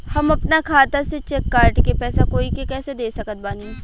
हम अपना खाता से चेक काट के पैसा कोई के कैसे दे सकत बानी?